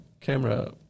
camera